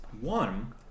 One